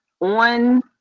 on